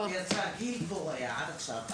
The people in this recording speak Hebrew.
הוא יצא, גיל הכהן היה עד עכשיו.